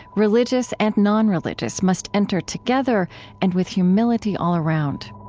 religious and nonreligious, must enter together and with humility all around